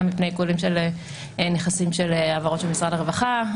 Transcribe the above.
מפני עיקולים של נכסים של העברות של משרד הרווחה,